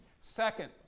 Second